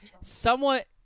somewhat